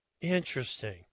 Interesting